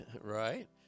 Right